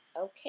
Okay